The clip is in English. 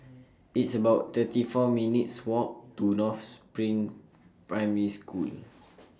It's about thirty four minutes' Walk to North SPRING Primary School